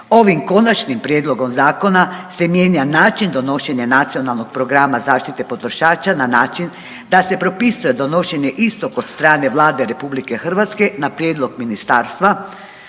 Ovim konačnim prijedlogom zakona se mijenja način donošenja Nacionalnog programa zaštite potrošača na način da se propisuje donošenje istog od strane Vlade RH na prijedlog ministarstva